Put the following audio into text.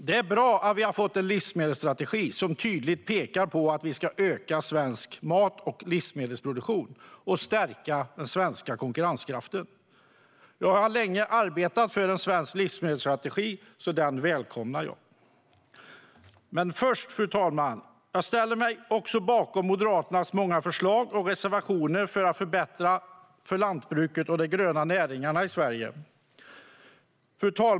Det är bra att vi har fått en livsmedelsstrategi som tydligt pekar på att vi ska öka svensk mat och livsmedelsproduktion och stärka den svenska konkurrenskraften. Jag har länge arbetat för en svensk livsmedelsstrategi, så den välkomnar jag. Jag ställer mig också bakom Moderaternas många förslag och reservationer för att förbättra för lantbruket och de gröna näringarna i Sverige.